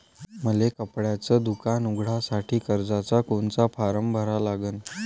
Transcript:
मले कपड्याच दुकान उघडासाठी कर्जाचा कोनचा फारम भरा लागन?